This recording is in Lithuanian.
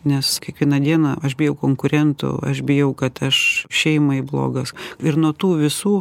nes kiekvieną dieną aš bijau konkurentų aš bijau kad aš šeimai blogas ir nuo tų visų